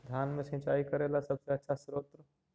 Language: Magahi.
धान मे सिंचाई करे ला सबसे आछा स्त्रोत्र?